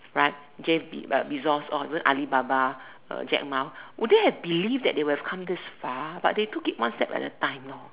right Je~ Jeff-Bezos all those Alibaba uh Jack-Ma would they have believed that they will come this far but they took it one step at a time know